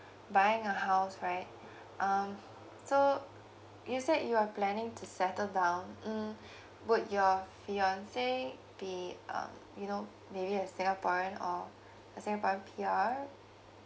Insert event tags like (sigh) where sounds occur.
(breath) buying a house right (breath) um so you said you are planning to settle down mm (breath) would your fiancé be um you know maybe a singaporean or a singaporean P_R